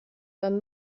dann